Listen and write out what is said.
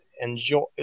enjoy